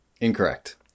Incorrect